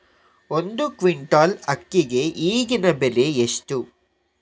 ಒಂದು ಕ್ವಿಂಟಾಲ್ ಅಕ್ಕಿಗೆ ಈಗಿನ ಬೆಲೆ ಎಷ್ಟು?